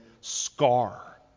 scar